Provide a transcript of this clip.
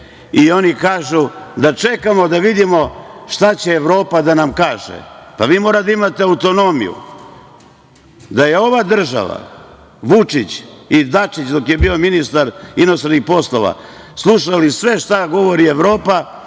i oni kažu da čekamo da vidimo šta će Evropa da nama kaže. Pa, vi morate da imate autonomiju. Da je ova država, da su Vučić i Dačić dok je bio ministar inostranih poslova slušali sve što govori Evropa